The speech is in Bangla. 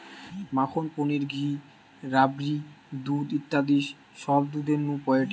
মাখন, পনির, ঘি, রাবড়ি, দুধ ইত্যাদি সব দুধের নু পায়েটে